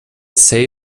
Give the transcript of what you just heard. safe